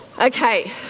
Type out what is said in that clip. Okay